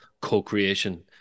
co-creation